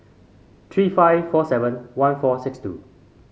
three five four seven one four six two